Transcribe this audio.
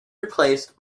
replaced